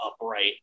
upright